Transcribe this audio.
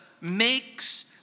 makes